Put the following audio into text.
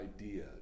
idea